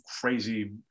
crazy